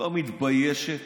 לא מתביישת?